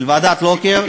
של ועדת לוקר,